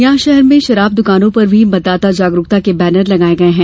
यहां शहर में शराब दुकानों पर भी मतदाता जागरूकता के बैनर लगाये गये हैं